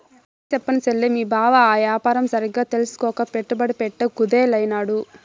ఏంచెప్పను సెల్లే, మీ బావ ఆ యాపారం సరిగ్గా తెల్సుకోక పెట్టుబడి పెట్ట కుదేలైనాడు